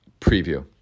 preview